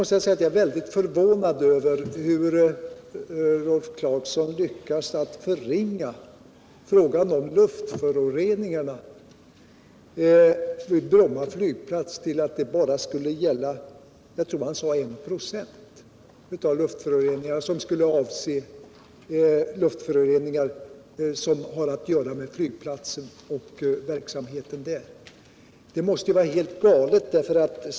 Jag är väldigt förvånad över hur Rolf Clarkson lyckas förringa frågan om luftföroreningarna vid Bromma flygplats genom att säga att bara 1 96 av föroreningarna — jag tror det var den siffran som nämndes — hade att göra med flygtrafiken. Det måste ju vara helt galet.